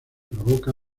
provoca